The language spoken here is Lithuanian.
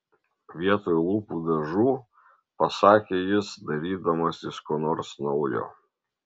vietoj lūpų dažų pasakė jis dairydamasis ko nors naujo